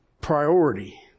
Priority